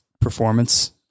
performance